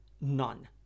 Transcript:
none